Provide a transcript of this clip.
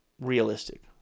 realistic